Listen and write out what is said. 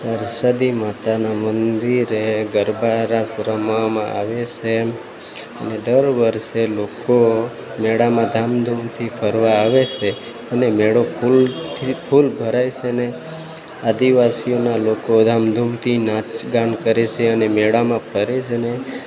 હરસધ્દ્ધિ માતાનાં મંદિરે ગરબા રાસ રમવામાં આવે છે અને દર વર્ષે લોકો મેળામાં ધામધૂમથી ફરવા આવે છે અને મેળો ફૂલથી ફૂલ ભરાય છે ને આદિવાસીઓના લોકો ધામધૂમથી નાચ ગાન કરે છે અને મેળામાં ફરે છે ને